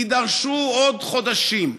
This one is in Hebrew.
יידרשו עוד חודשים.